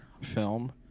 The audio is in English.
film